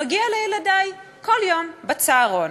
מגיע לילדי כל יום בצהרון.